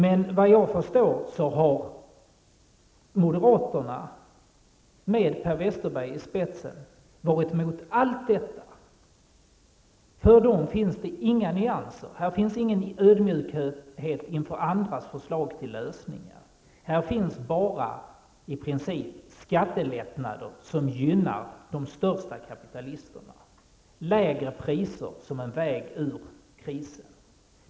Såvitt jag förstår har moderaterna, med Per Westerberg i spetsen, varit mot allt detta. För dem finns det inga nyanser. Här finns ingen ödmjukhet inför andras förslag till lösningar. Här finns bara i princip skattelättnader som gynnar de största kapitalisterna, dvs. lägre priser som en väg ur krisen.